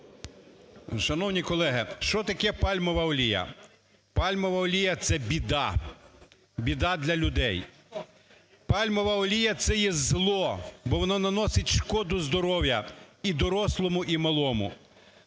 Шановні колеги, що таке пальмова олія? Пальмова олія – це біда, біда для людей. Пальмова олія – це є зло, бо воно наносить шкоду здоров'ю і дорослому, і малому.